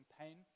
pain